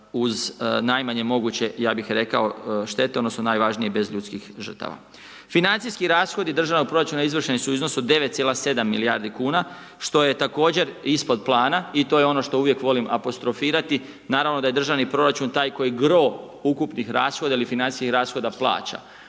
uz najmanje moguće ja bih rekao štete odnosno najvažnije bez ljudskih žrtava. Financijski rashodi Državnog proračuna izvršeni su u iznosu 9,7 milijardi kuna što je također ispod plana i to je ono što uvijek volim apostrofirati, naravno da je Državni proračun taj koji gro ukupnih rashoda ili financijskih rashoda plaća,